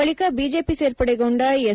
ಬಳಿಕ ಬಿಜೆಪಿ ಸೇರ್ಪಡೆಗೊಂಡ ಎಸ್